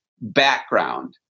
background